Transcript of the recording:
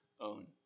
own